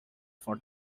for